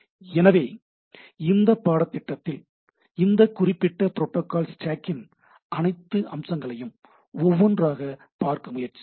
எனவே இந்த பாடத்திட்டத்தில் இந்த குறிப்பிட்ட ப்ரோட்டோக்கால் ஸ்டேக்கின் அனைத்து அம்சங்களையும் ஒவ்வொன்றாக பார்க்க முயற்சி செய்வோம்